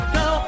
go